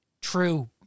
true